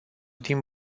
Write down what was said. din